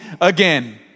again